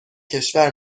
کشور